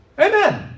Amen